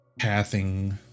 pathing